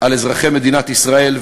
על אזרחי מדינת ישראל,